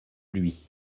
lui